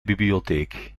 bibliotheek